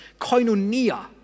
koinonia